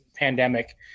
pandemic